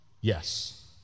Yes